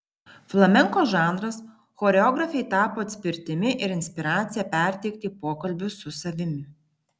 flamenko žanras choreografei tapo atspirtimi ir inspiracija perteikti pokalbius su savimi